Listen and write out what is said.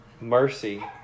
Mercy